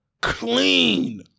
clean